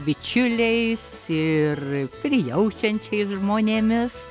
bičiuliais ir prijaučiančiais žmonėmis